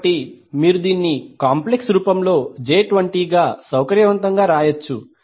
కాబట్టి మీరు దీన్ని కాంప్లెక్స్ రూపంలో j20 గా సౌకర్యవంతంగా వ్రాయవచ్చు